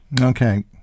Okay